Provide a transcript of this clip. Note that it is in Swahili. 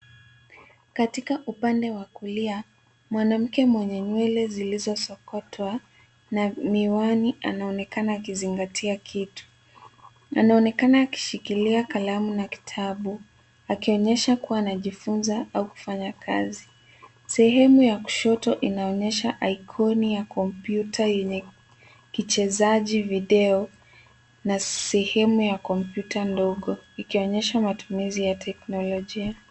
Katika upende wa kulia, mwananmke mwenye nywele zilizosokotwa na miwani anaonekana akizingatia kitu. Anaonekana akishikilia kalamu na kitabu akionyesha kuwa anajifunza au kufanya kazi. Sehemu ya kushoto inaonyesha aikoni ya kompyuta yenye kichezaji video na sehemu ya kompyuta ndogo ikionyesha matumizi ya teknolojia.